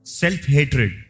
self-hatred